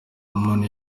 umuntu